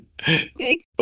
Okay